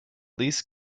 least